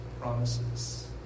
promises